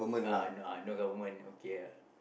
uh no uh no government okay ah